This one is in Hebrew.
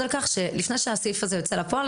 על כך שלפני שהסעיף הזה יוצא לפועל,